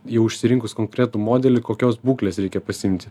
jau išsirinkus konkretų modelį kokios būklės reikia pasiimti